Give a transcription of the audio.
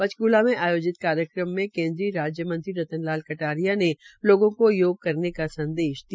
पंचकूला में आयोजित कार्यक्रम में केन्द्रीय राज्य मंत्री रतन लाल कटारिया ने लोगों को योग करने का संदेश दिया